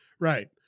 Right